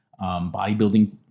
bodybuilding